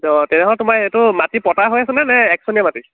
তেনেহ'লে তোমাৰ এইটো মাটি পট্টা হৈ আছেনে নে একচনীয়া মাটি